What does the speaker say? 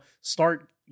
start